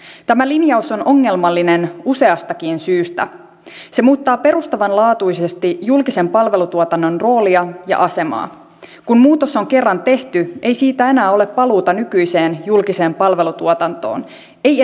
tämä linjaus on ongelmallinen useastakin syystä se muuttaa perustavanlaatuisesti julkisen palvelutuotannon roolia ja asemaa kun muutos on kerran tehty ei siitä enää ole paluuta nykyiseen julkiseen palvelutuotantoon ei